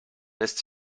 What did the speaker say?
lässt